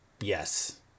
yes